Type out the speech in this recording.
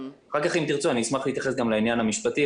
אחר כך אם תרצו אני אשמח להתייחס גם לעניין המשפטי,